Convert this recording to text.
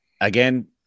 Again